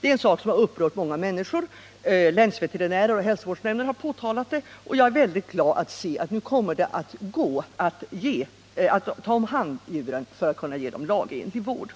Detta är en sak som har upprört en mängd människor och påtalats av länsveterinärer och hälsovårds nämnder, och jag är mycket glad att se att det nu kommer att gå mycket lättare att omhänderta djuren för att kunna ge dem en lagenlig vård.